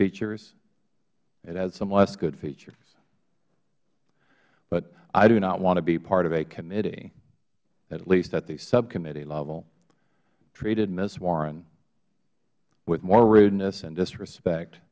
features it had some less good features but i do not want to be part of a committee at least at the subcommittee level that treated ms warren with more rudeness and disrespect